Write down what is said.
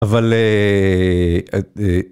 אבל אההה...